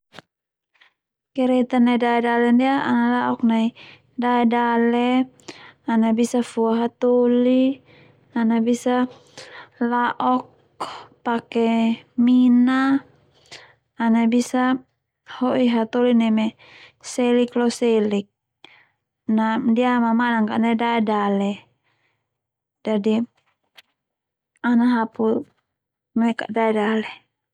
Kereta nai dae dale ndia ana lao'k nai dae dale ana bisa fua hatoli ana bisa la'ok pake mina ana bisa ho'i hatoli neme selik lo selik na ndia mamanan ka'da nai dae dale jadi ana hapu ka'da nai dae dale.